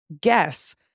guess